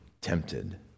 tempted